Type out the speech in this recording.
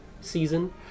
season